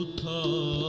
po